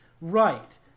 Right